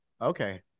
Okay